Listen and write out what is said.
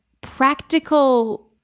practical